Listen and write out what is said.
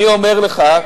אני אומר לך,